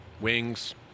wings